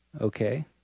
Okay